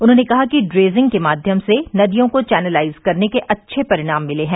उन्होंने कहा कि ड्रेजिंग के माध्यम से नदियों को चैनलाइज करने के अच्छे परिणाम मिले हैं